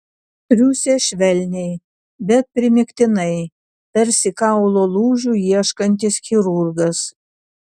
triūsė švelniai bet primygtinai tarsi kaulo lūžių ieškantis chirurgas